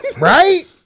Right